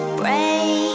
break